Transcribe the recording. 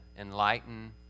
enlighten